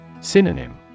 Synonym